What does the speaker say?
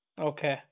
Okay